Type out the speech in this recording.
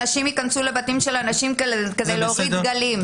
אנשים ייכנסו לבתים של אנשים כדי להוריד דגלים.